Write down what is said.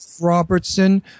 Robertson